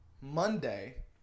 Monday